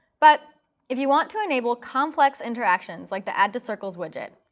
but if you want to enable complex interactions like the add to circles widget,